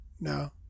No